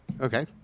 Okay